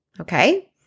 Okay